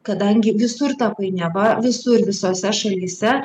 kadangi visur ta painiava visur visose šalyse